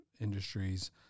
industries